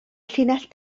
llinell